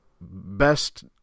Best